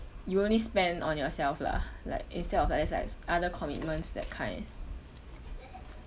you only spend on yourself lah like instead of others likes other commitments that kind